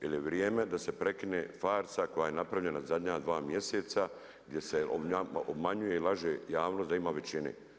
Jer je vrijeme da se prekine farsa koja je napravljena zadnja dva mjeseca gdje se obmanjuje i laže javnost da ima većine.